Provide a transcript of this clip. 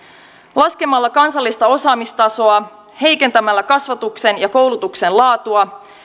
laskemalla kansallista osaamistasoa heikentämällä kasvatuksen ja koulutuksen laatua